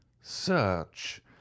Search